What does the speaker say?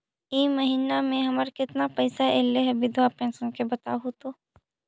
इ महिना मे हमर केतना पैसा ऐले हे बिधबा पेंसन के बताहु तो?